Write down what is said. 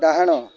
ଡାହାଣ